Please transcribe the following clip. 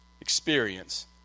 experience